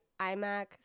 iMac